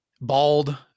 bald